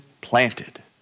planted